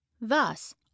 Thus